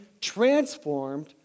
transformed